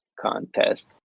contest